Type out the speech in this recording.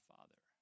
Father